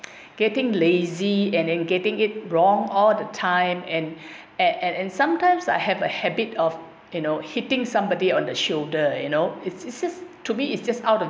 getting lazy and and getting it wrong all the time and at and and sometimes I have a habit of you know hitting somebody on the shoulder you know it's just to me it's just out of